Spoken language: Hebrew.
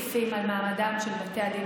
אני ראיתי 20 סעיפים על מעמדם של בתי הדין